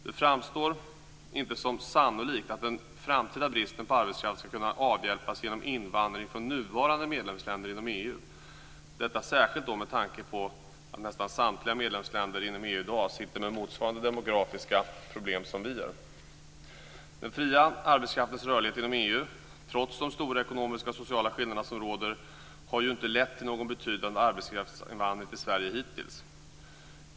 Det framstår inte som sannolikt att den framtida bristen på arbetskraft ska kunna avhjälpas genom invandring från nuvarande medlemsländer inom EU - detta särskilt med tanke på att nästan samtliga medlemsländer i EU i dag sitter med motsvarande demografiska problem som vi har. Den fria arbetskraftens rörlighet inom EU, trots de stora ekonomiska och sociala skillnader som råder, har inte lett till någon betydande arbetskraftsinvandring till Sverige hittills.